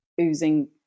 oozing